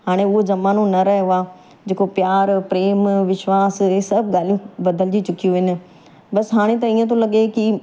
हाणे उहो ज़मानो न रहियो आहे जेको प्यारु प्रेम विश्वासु इहे सभु ॻाल्हियूं बदिलिजी चुकियूं आहिनि बसि हाणे त ईअं थो लॻे की